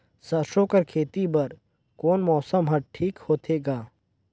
सरसो कर खेती बर कोन मौसम हर ठीक होथे ग?